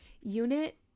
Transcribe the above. Unit